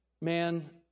Man